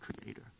Creator